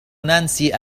نانسي